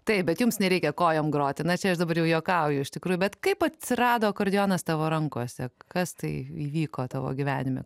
taip bet jums nereikia kojom groti na čia aš dabar jau juokauju iš tikrųjų bet kaip atsirado akordeonas tavo rankose kas tai įvyko tavo gyvenime